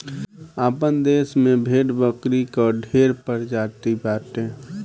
आपन देस में भेड़ बकरी कअ ढेर प्रजाति बाटे